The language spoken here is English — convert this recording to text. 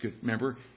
Remember